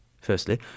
Firstly